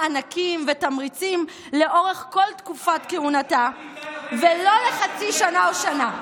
מענקים ותמריצים לאורך כל תקופת כהונתה ולא לחצי שנה או שנה.